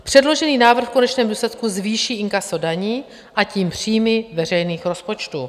Předložený návrh v konečném důsledku zvýší inkaso daní a tím příjmy veřejných rozpočtů.